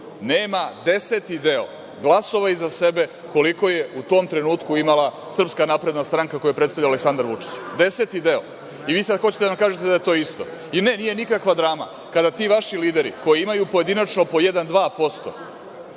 nema deseti deo glasova iza sebe koliko je u tom trenutku imala SNS koju je predstavljao Aleksandar Vučić, deseti deo. Vi sad hoćete da nam kažete da je to isto. Ne, nije nikakva drama kada ti vaši lideri koji imaju pojedinačno po 1%,